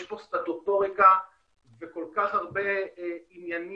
יש פה סטטוטוריקה וכל כך הרבה עניינים